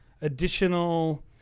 additional